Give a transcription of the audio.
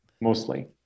mostly